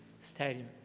stadium